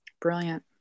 Brilliant